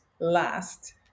last